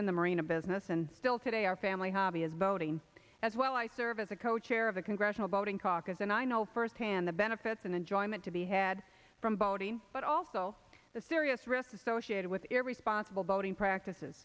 in the marina business and still today our family hobby is voting as well i serve as a co chair of the congressional voting caucus and i know firsthand the benefits and enjoyment to be had from body but also the serious risks associated with your responsible voting practices